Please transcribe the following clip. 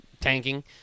tanking